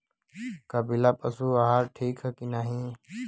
कपिला पशु आहार ठीक ह कि नाही?